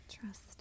Trust